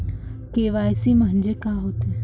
KYC म्हंनजे का होते?